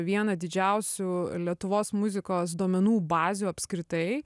vieną didžiausių lietuvos muzikos duomenų bazių apskritai